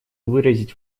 выразить